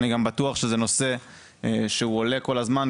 אני בטוח גם שזה נושא שעולה כל הזמן,